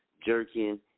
jerking